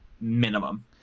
minimum